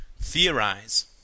theorize